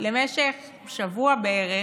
למשך שבוע בערך,